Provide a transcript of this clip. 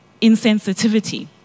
insensitivity